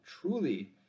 truly